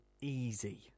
easy